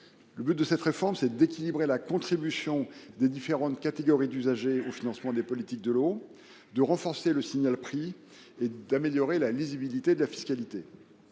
Le but de cette réforme est d’équilibrer la contribution des différentes catégories d’usagers au financement des politiques de l’eau, de renforcer le signal prix et d’améliorer la lisibilité de la fiscalité.